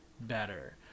better